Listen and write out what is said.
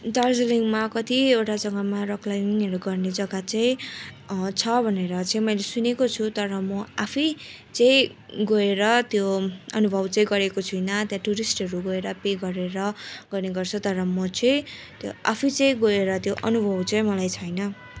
दार्जिलिङमा कति एउटा जग्गामा रक क्लाइमिङहरू गर्ने जग्गा चाहिँ छ भनेर चाहिँ मैले सुनेको छु तर म आफै चाहिँ गएर त्यो अनुभव चाहिँ गरेको छुइनँ त्याँ टुरिस्टहरू गएर पे गरेर गर्ने गर्छ तर म चाहिँ त्यो आफू चाहिँ गएर त्यो अनुभव चाहिँ मलाई छैन